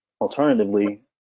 Alternatively